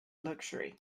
luxury